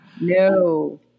No